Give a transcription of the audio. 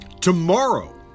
tomorrow